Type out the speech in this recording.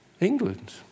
England